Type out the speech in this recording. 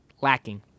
lacking